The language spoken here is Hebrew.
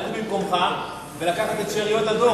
לקום ממקומך ולקחת את שאריות הדוח.